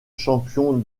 champion